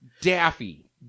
Daffy